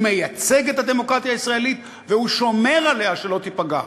הוא מייצג את הדמוקרטיה הישראלית והוא שומר עליה שלא תיפגע.